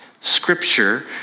scripture